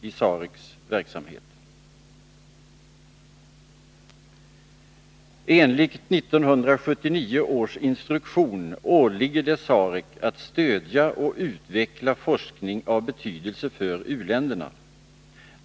Enligt 1979 års instruktion åligger det SAREC att stödja och utveckla forskning av betydelse för u-länderna.